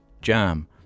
Jam